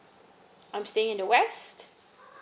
I'm staying in the west